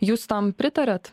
jūs tam pritariat